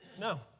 No